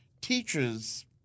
teachers